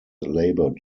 labor